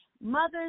Mothers